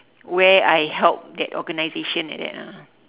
where I help that organisation like that ah